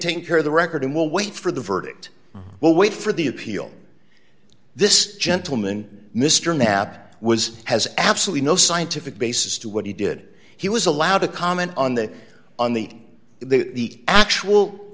taking care of the record and we'll wait for the verdict but wait for the appeal this gentleman mr knapp was has absolutely no scientific basis to what he did he was allowed to comment on the on the the actual